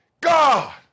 God